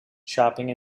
shopping